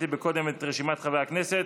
חברי הכנסת